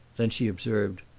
then she observed,